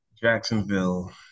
Jacksonville